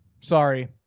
sorry